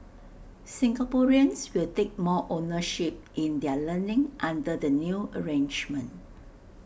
Singaporeans will take more ownership in their learning under the new arrangement